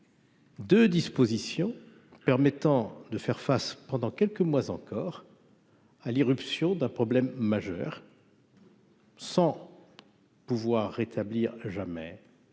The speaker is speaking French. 2 dispositions permettant de faire face pendant quelques mois encore. Ah, l'irruption d'un problème majeur. Sans pouvoir établir le jamais le Pass